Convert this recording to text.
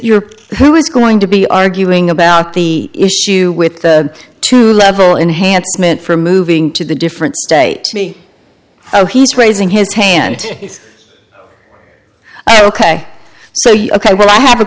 your who is going to be arguing about the issue with the two level enhanced meant for moving to the different state to me oh he's raising his hand ok so you ok well i have a